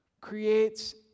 creates